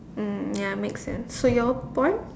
mm ya make sense so your point